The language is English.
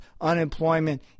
unemployment